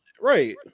right